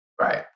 Right